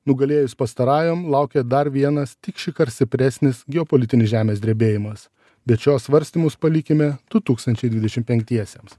nugalėjus pastarajam laukia dar vienas tik šįkart stipresnis geopolitinis žemės drebėjimas bet šiuos svarstymus palikime du tūkstančiai dvidešimt penktiesiems